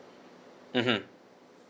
mmhmm